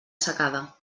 secada